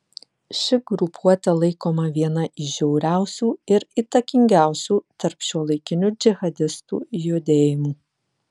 ši grupuotė laikoma viena iš žiauriausių ir įtakingiausių tarp šiuolaikinių džihadistų judėjimų